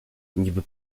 niby